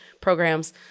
programs